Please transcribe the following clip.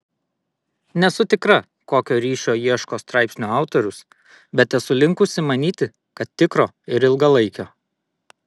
nesu tikra kokio ryšio ieško straipsnio autorius bet esu linkusi manyti kad tikro ir ilgalaikio